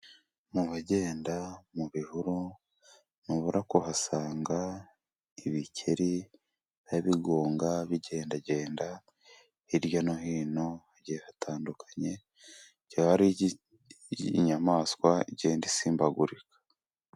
Mu bagenda mu bihuru, ntubura kuhasanga ibikeri biba bigonga, bigendagenda hirya no hino, hagihe hatandukanye, byari inyamaswa igenda isimbagurika.